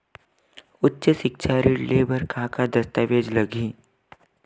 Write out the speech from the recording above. उच्च सिक्छा ऋण ले बर का का दस्तावेज लगही?